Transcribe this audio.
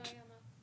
לא היה קבר.